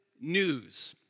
news